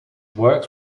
works